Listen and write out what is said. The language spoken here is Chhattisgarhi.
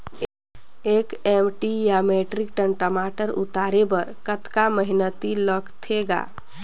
एक एम.टी या मीट्रिक टन टमाटर उतारे बर कतका मेहनती लगथे ग?